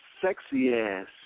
sexy-ass